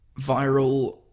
viral